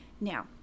Now